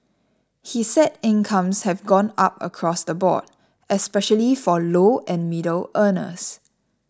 he said incomes have gone up across the board especially for low and middle earners